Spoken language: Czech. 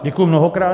Děkuji mnohokrát.